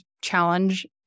challenge